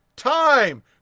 Time